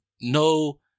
no